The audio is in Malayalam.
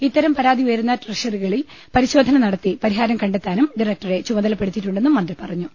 ഇത്തരം പരാതി ഉയരുന്ന ട്രഷറികളിൽ പരിശോധന നടത്തി പരിഹാരം കണ്ടെത്താനും ഡയറക്ടറെ ചുമതലപ്പെ ടുത്തിയിട്ടുണ്ടെന്നും മന്ത്രി പറഞ്ഞു